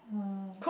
mm